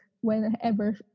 whenever